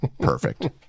perfect